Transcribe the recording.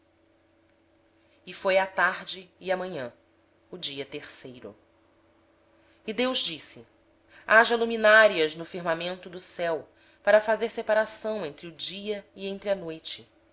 e foi a tarde e a manhã o dia terceiro e disse deus haja luminares no firmamento do céu para fazerem separação entre o dia e a noite